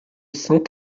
cent